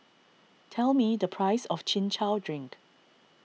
tell me the price of Chin Chow Drink